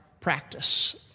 practice